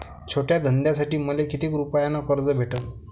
छोट्या धंद्यासाठी मले कितीक रुपयानं कर्ज भेटन?